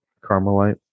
Carmelite